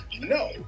No